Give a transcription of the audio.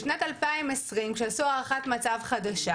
בשנת 2020 כשעשו הערכת מצב חדשה,